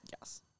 Yes